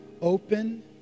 open